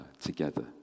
together